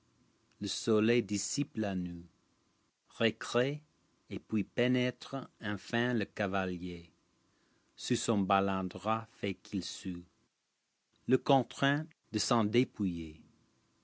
le soleil dissipe la nue recrée et puis pénètre enfin le cavalier sous sonbalandras fait qu'il sue le contraint delpen dépouiller